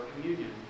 communion